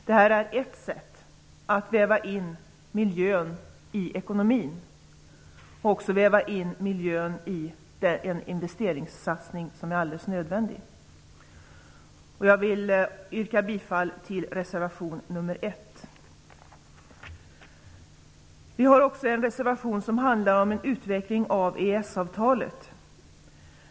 Detta är ett sätt att väva in miljön i ekonomin och i en investeringssatsning som är alldeles nödvändig. Jag vill yrka bifall till reservation nr 1. Vi har också en reservation som handlar om en utveckling av EES-avtalet.